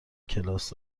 کلاس